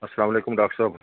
اَلسلامُ علیکُم ڈاکٹر صٲب